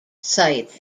sites